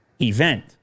event